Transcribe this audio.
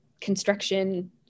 construction